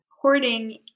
Hoarding